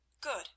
Good